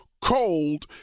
cold